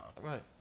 Right